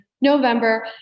November